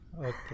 Okay